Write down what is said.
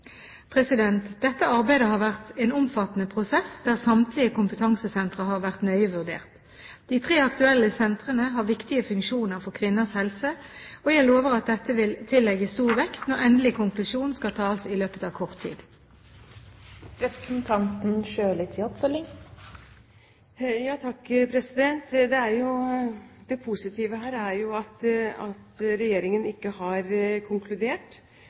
Dette arbeidet har vært en omfattende prosess der samtlige kompetansesentre har vært nøye vurdert. De tre aktuelle sentrene har viktige funksjoner for kvinners helse, og jeg lover at dette vil tillegges stor vekt når endelig konklusjon skal tas i løpet av kort tid. Det positive her er at regjeringen ikke har konkludert, og – hvis jeg forstår det rett – at de helst ikke